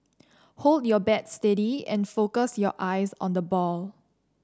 hold your bat steady and focus your eyes on the ball